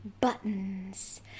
buttons